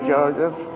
Joseph